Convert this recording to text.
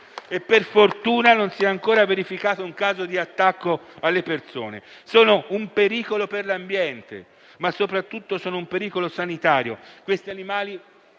Per fortuna, non si è ancora verificato un caso di attacco alle persone. I cinghiali sono un pericolo per l'ambiente, ma soprattutto un pericolo sanitario. Questi animali